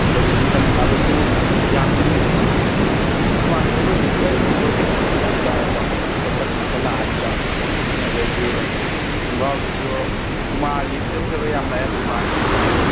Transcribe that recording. ꯑꯗꯒꯤ ꯅꯤꯡꯊꯝ ꯊꯥꯗꯁꯨ ꯌꯥꯝ ꯏꯪꯉꯣꯏꯗꯕ ꯑꯗꯒꯤ ꯍꯨꯃꯥꯡ ꯁꯧꯔꯒꯁꯨ ꯁ꯭ꯋꯦꯠ ꯑꯦꯕꯖꯣꯕꯀꯤ ꯁꯔꯨꯛꯁꯤ ꯌꯥꯝ ꯌꯥꯎꯕ ꯄꯣꯠꯁꯛ ꯉꯥꯛꯇ ꯂꯥꯛꯑꯅꯤꯀꯣ ꯑꯗꯒꯤ ꯈꯨꯡꯒꯥꯎꯁꯤꯁꯨ ꯄꯨꯃꯥꯒꯤ ꯐꯖ ꯐꯖꯕ ꯌꯥꯝ ꯂꯥꯛꯑꯦ ꯄꯨꯃꯥꯒꯤꯁꯤꯗꯤ